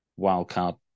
wildcard